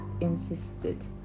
insisted